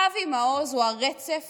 אבי מעוז הוא הרצף